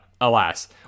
Alas